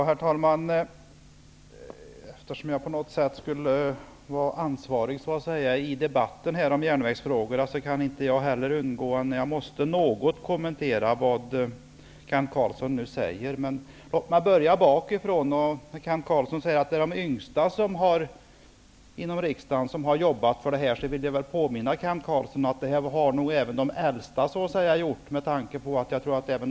Herr talman! Eftersom jag är engagerad i järnvägsfrågor, känner att jag något måste kommentera det Kent Carlsson sade. Låt mig börja bakifrån. Kent Carlsson säger att det är de yngsta här i riksdagen som har arbetet för detta. Jag vill då påminna honom om att även de äldre har gjort det.